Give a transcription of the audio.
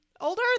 Older